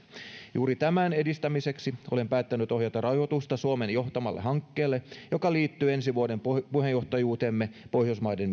juuri tämän edistämiseksi olen päättänyt ohjata rahoitusta suomen johtamalle hankkeelle joka liittyy ensi vuoden puheenjohtajuuteemme pohjoismaiden